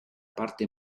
parte